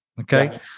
Okay